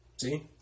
See